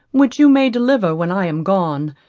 which you may deliver when i am gone,